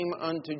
unto